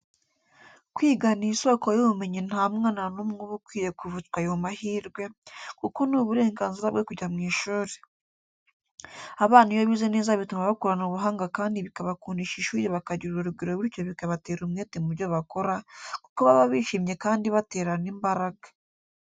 Kwiga ni isoko y'ubumenyi nta mwana n'umwe uba ukwiye kuvutswa ayo mahirwe, kuko ni uburenganzira bwe kujya mu ishuri. Abana iyo bize neza bituma bakurana ubuhanga kandi bikabakundisha ishuri bakagirana urugwiro bityo bikabatera umwete mu byo bakora, kuko baba bishimye kandi baterana imbaraga.